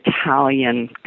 Italian